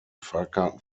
fahrkarten